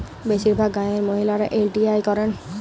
বেশিরভাগ গাঁয়ের মহিলারা এল.টি.আই করেন